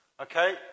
okay